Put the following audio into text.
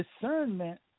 discernment